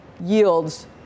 yields